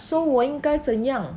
so 我应该怎样